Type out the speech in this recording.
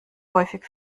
häufig